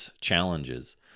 challenges